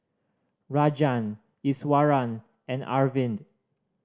Rajan Iswaran and Arvind